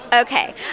Okay